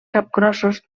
capgrossos